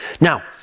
Now